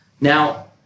now